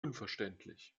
unverständlich